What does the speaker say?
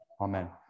Amen